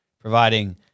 providing